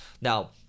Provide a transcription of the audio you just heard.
Now